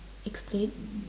explain